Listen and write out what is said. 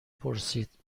پرسید